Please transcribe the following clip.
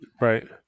Right